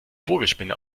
vogelspinne